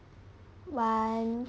one